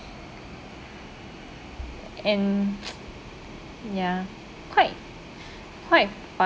and ya quite quite